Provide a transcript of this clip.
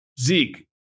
Zeke